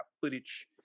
footage